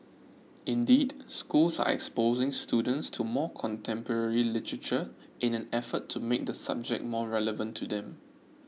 indeed schools are exposing students to more contemporary literature in an effort to make the subject more relevant to them